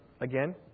again